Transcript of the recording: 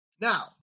Now